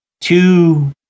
two